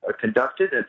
conducted